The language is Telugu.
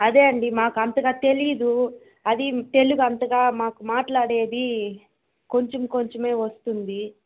అదే అండీ మాకంతగా తెలీదు అది తెలుగంతగా మాకు మట్లాడేది కొంచెం కొంచమే వస్తుంది